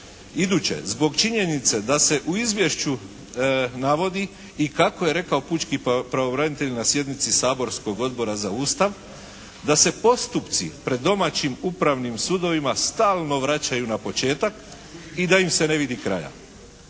Iduće. Zbog činjenice da se u izvješću navodi i kako je rekao pučki pravobranitelj na sjednici saborskog odbora za Ustav, da se postupci pred domaćim upravnim sudovima stalno vraćaju na početak i da im se ne vidi kraja,